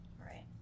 right